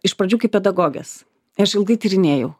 iš pradžių kaip pedagogės aš ilgai tyrinėjau